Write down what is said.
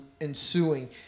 ensuing